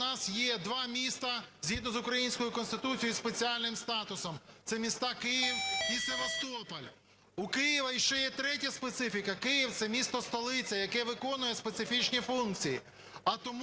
у нас є два міста, згідно з українською Конституцією, із спеціальним статусом – це міста Київ і Севастополь. У Києва іще є третя специфіка, Київ – це місто-столиця, яке виконує специфічні функції.